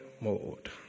mode